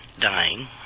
dying